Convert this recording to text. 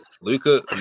Luca